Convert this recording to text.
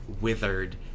withered